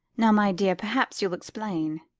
now, my dear, perhaps you'll explain.